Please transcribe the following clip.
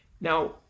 Now